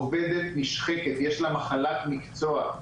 עובדת נשחקת, יש לה מחלת מקצוע.